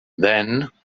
then